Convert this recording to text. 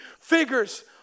figures